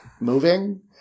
moving